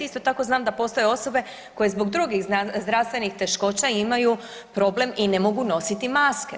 Isto tako znam da postoje osobe koje zbog drugih zdravstvenih teškoća imaju problem i ne mogu nositi maske.